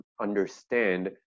understand